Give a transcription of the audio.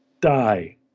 die